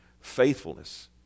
faithfulness